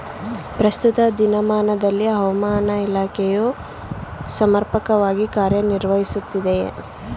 ಪ್ರಸ್ತುತ ದಿನಮಾನದಲ್ಲಿ ಹವಾಮಾನ ಇಲಾಖೆಯು ಸಮರ್ಪಕವಾಗಿ ಕಾರ್ಯ ನಿರ್ವಹಿಸುತ್ತಿದೆಯೇ?